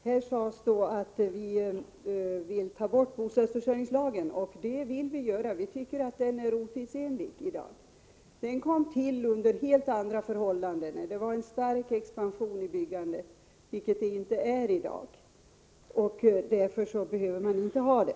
Herr talman! Här sades att vi vill ta bort bostadsförsörjningslagen, och det vill vi göra. Vi tycker att den är otidsenlig i dag. Den kom till under helt andra förhållanden när det var en stark expansion i byggandet, vilket det inte är i dag. Därför behöver man inte ha den.